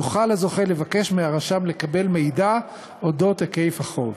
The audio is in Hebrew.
יוכל הזוכה לבקש מהרשם לקבל מידע על היקף החוב.